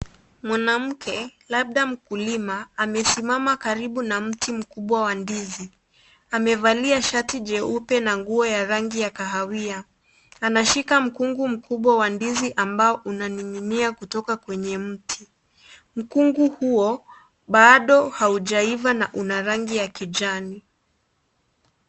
Mwanamke, labda mkulima amesimama karibu na mti mkubwa wa ndizi. Amevalia shati jeupe na nguo ya rangi ya kahawia. Anashika mkungu mkubwa wa ndizi ambao unaninginia kutoka kwenye mti. Mkungu huo bado haujaiva na una rangi ya kijani.